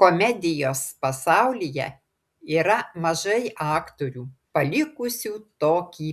komedijos pasaulyje yra mažai aktorių palikusių tokį